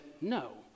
no